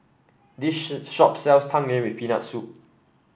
this shop sells Tang Yuen with Peanut Soup